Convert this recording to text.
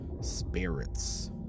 Spirits